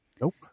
Nope